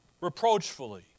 Reproachfully